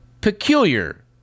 peculiar